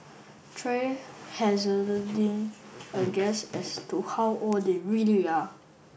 try hazarding a guess as to how old they really are